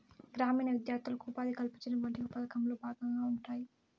గ్రామీణ విద్యార్థులకు ఉపాధి కల్పించడం వంటివి పథకంలో భాగంగా ఉంటాయి